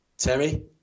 Terry